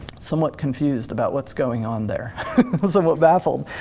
somewhat confused about what's going on there, some what baffled.